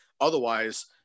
Otherwise